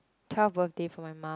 twelfth birthday from my mum